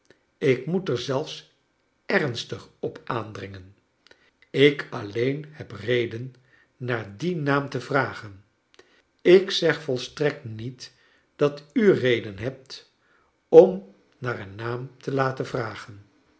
ik moet er zelfs ernstig op aandringen ik alleen heb reden naar dien naam te vragen ik zeg volstrekt niet dat u reden hebt om naar een naam te laten vragen